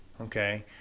okay